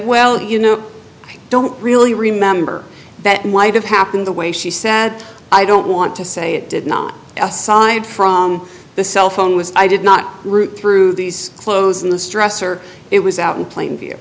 well you know i don't really remember that might have happened the way she said i don't want to say it did not aside from the cell phone was i did not root through these clothes in the stressor it was out in plain view